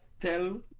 Tell